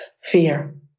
fear